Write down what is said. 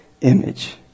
image